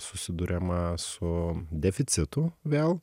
susiduriama su deficitu vėl